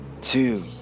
two